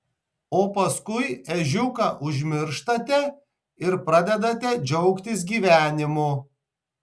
o paskui ežiuką užmirštate ir pradedate džiaugtis gyvenimu